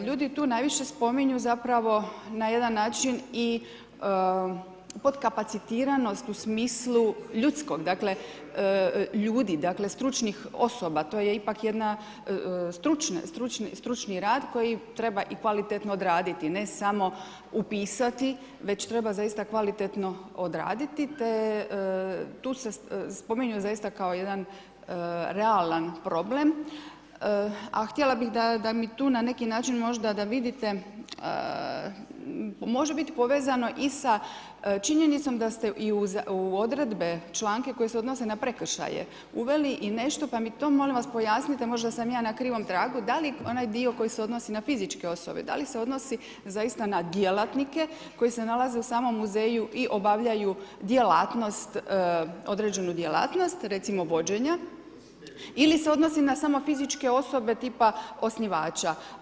Ljudi tu najviše spominju na jedan način i podkapacitiranost u smislu ljudskog, dakle ljudi, dakle stručnih osoba to je ipak jedan stručni rad koji treba i kvalitetno odraditi, ne samo upisati, već treba zaista kvalitetno odraditi te tu se spominju zaista kao jedan realan problem, a htjela bih da mi tu na neki način možda, da vidite, može biti povezano i sa činjenicom da ste i u odredbe, članke koji se odnose na prekršaje, uveli i nešto, pa mi to molim vas pojasnite, možda sam ja na krivom tragu, da li onaj dio koji se odnosi za fizičke osobe, da li se odnosi zaista na djelatnike koji se nalaze u samom muzeju i obavljaju određenu djelatnost, recimo vođenja ili se odnosi na samo fizičke osobe, tipa osnivača?